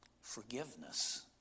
Forgiveness